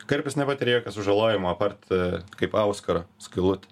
karpis nepatiria jokio sužalojimo aptart kaip auskaro skylutė